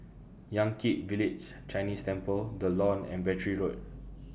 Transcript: Yan Kit Village Chinese Temple The Lawn and Battery Road